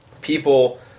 people